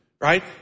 Right